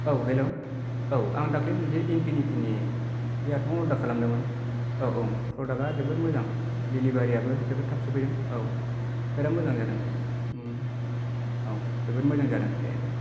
औ हेलौ' औ आं दाख्लि मोनसे इन्फिनिटिनि इयारफन अरडार खालामदोंमोन औ औ प्रडाक्ट आ जोबोद मोजां डिलिबारियाबो जोबोद थाब सफैदों औ बेराद मोजां जादों उम औ जोबोद मोजां जादों दे दे